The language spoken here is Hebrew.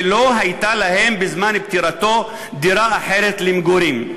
ולא הייתה להם בזמן פטירתו דירה אחרת למגורים".